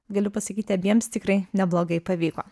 galiu pasakyt abiems tikrai neblogai pavyko